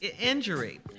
injury